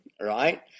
right